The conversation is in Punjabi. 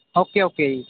ਓਕੇ ਓਕੇ ਜੀ